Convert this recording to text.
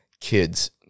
kids